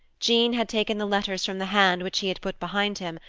jean had taken the letters from the hand which he had put behind him,